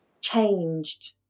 changed